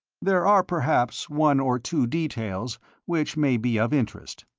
there are perhaps one or two details which may be of interest.